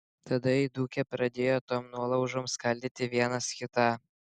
tada įdūkę pradėjo tom nuolaužom skaldyti vienas kitą